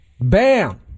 Bam